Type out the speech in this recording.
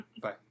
Bye